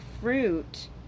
fruit